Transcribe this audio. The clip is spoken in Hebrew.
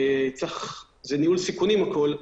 זה ניהול סיכונים הכול,